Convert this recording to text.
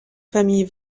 famille